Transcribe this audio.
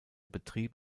betrieb